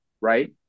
right